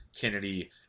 Kennedy